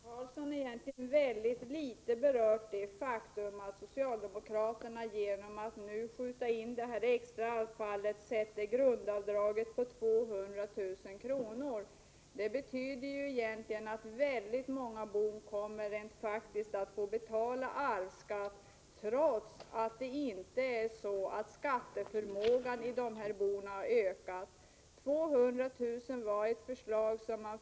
Herr talman! Torsten Karlsson har egentligen mycket litet berört det faktum att socialdemokraterna genom att nu skjuta in ett extra arvsfall minskar betydelsen av grundavdraget på 200 000 kr. Det betyder att många bon rent faktiskt kommer att få betala arvsskatt trots att inte skatteförmågan i dessa bon har ökat. Ett grundavdrag på 200 000 kr.